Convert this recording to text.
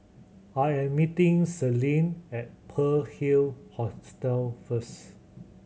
I am meeting Celine at Pearl Hill Hostel first